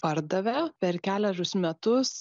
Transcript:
pardavė per kelerius metus